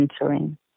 entering